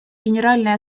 генеральной